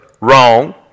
Wrong